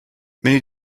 many